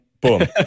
boom